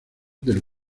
del